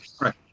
right